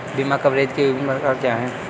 बीमा कवरेज के विभिन्न प्रकार क्या हैं?